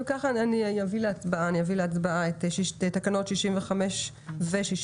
אני אביא להצבעה את תקנות 65 ו-66.